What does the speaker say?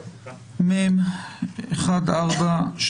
מ/1423.